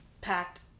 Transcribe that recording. packed